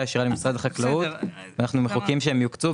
הישירה למשרד החקלאות שאנחנו מחכים שיוקצו.